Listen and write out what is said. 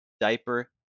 diaper